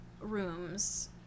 rooms